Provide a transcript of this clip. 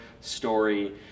story